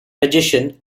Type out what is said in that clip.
magician